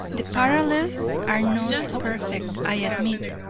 the parallels are not perfect i admit,